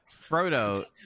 Frodo